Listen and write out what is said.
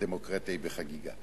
הדמוקרטיה היא בחגיגה.